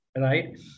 right